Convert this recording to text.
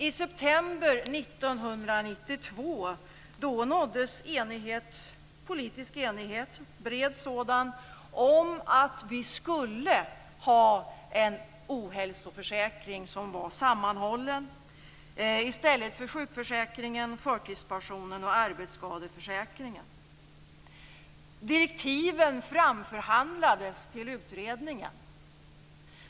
I september 1992 nåddes bred politisk enighet om att vi skulle ha en ohälsoförsäkring som var sammanhållen. I stället för sjukförsäkringen, förtidspensionen och arbetsskadeförsäkringen. Direktiven framförhandlades till utredningen.